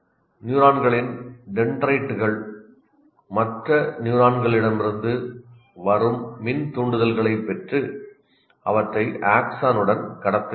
நியூரான்களின் டென்ட்ரைட்டுகள் மற்ற நியூரான்களிலிருந்து வரும் மின் தூண்டுதல்களைப் பெற்று அவற்றை ஆக்சனுடன் கடத்துகின்றன